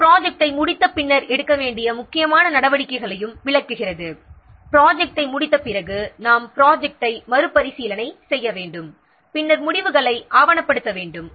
இது ப்ராஜெக்ட்டை முடித்த பின்னர் எடுக்க வேண்டிய முக்கியமான நடவடிக்கைகளை விளக்குகிறது ப்ராஜெக்ட்டை முடித்த பிறகு நாம் ப்ராஜெக்ட்டை மறுபரிசீலனை செய்ய வேண்டும் பின்னர் முடிவுகளை ஆவணப்படுத்த வேண்டும்